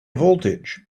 voltage